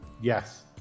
Yes